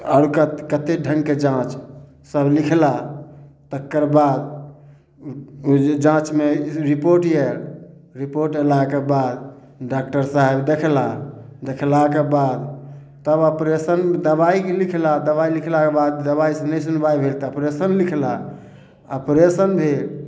आओर कते ढंगके जाँच सब लिखला तकर बाद ओ जे जाँचमे रिपोर्ट आयल रिपोर्ट अयलाक बाद डाक्टर साहेब देखला देखलाके बाद तब ऑपरेशन दबाइ लिखला दबाइ लिखलाके बाद दबाइ सऽ नहि सुनबाइ भेल तऽ ऑपरेशन लिखला ऑपरेशन भेल